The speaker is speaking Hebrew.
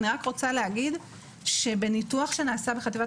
אני רק רוצה להגיד שבניתוח שנעשה בחטיבת